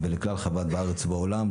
ולכלל חב"ד בארץ ובעולם,